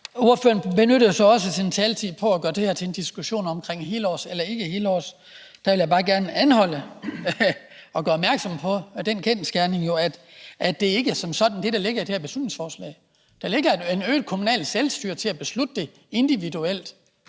Ordføreren benyttede jo så også sin taletid til at gøre det her til en diskussion om helårs eller ikke helårs, og det vil jeg bare gerne anholde og gøre opmærksom på den kendsgerning, at det ikke som sådan er det, der ligger i det her beslutningsforslag. Der ligger et øget kommunalt selvstyre til at beslutte det individuelt,